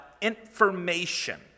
information